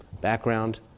background